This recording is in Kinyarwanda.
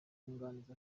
mwunganizi